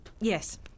yes